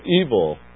evil